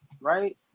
right